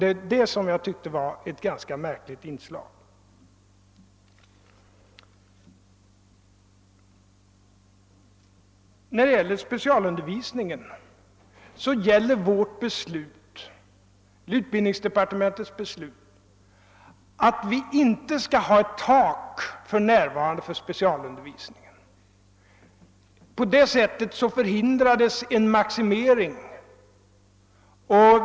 Jag tyckte att detta var ett ganska märkligt inslag i debatten. Vad specialundervisningen angår innebär utbildningsdepartementets beslut att det inte för närvarande skall finnas något tak för den undervisningen.